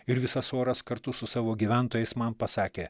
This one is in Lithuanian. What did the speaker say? ir visas oras kartu su savo gyventojais man pasakė